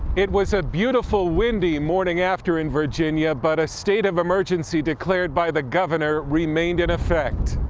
it was a beautiful, windy morning after in virginia, but a state of emergency declared by the governor remained in effect.